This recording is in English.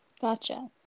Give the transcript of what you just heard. Gotcha